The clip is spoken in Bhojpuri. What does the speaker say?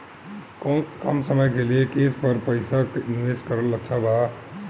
कम समय के लिए केस पर पईसा निवेश करल अच्छा बा?